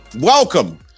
welcome